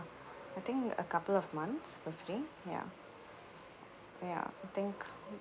I think a couple of months roughly ya ya I think